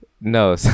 No